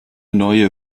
neue